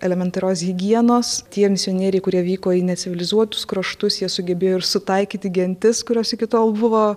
elementarios higienos tie misionieriai kurie vyko į necivilizuotus kraštus jie sugebėjo ir sutaikyti gentis kurios iki tol buvo